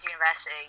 university